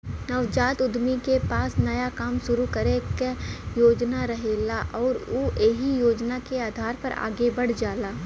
नवजात उद्यमी के पास नया काम शुरू करे क योजना रहेला आउर उ एहि योजना के आधार पर आगे बढ़ल जाला